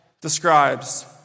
describes